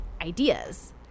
ideas